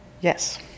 Yes